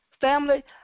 Family